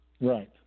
Right